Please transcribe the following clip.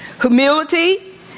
humility